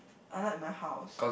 I like my house